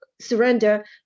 surrender